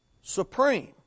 supreme